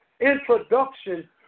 Introduction